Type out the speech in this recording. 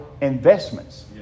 investments